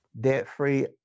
debt-free